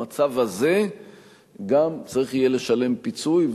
במצב הזה גם צריך יהיה לשלם פיצוי,